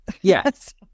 Yes